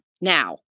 Now